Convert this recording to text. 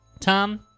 Tom